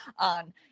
on